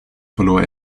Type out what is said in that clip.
verlor